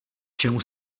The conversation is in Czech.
čemu